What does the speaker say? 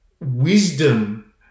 wisdom